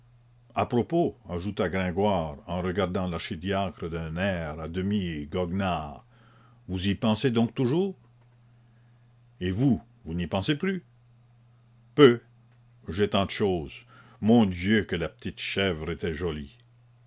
à propos ajouta gringoire en regardant l'archidiacre d'un air à demi goguenard vous y pensez donc toujours et vous vous n'y pensez plus peu j'ai tant de choses mon dieu que la petite chèvre était jolie